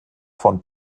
von